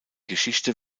geschichte